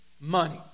money